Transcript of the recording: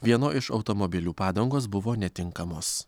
vienoje iš automobilių padangos buvo netinkamos